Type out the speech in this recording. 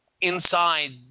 Inside